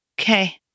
Okay